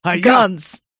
Guns